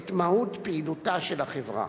את מהות פעילותה של החברה.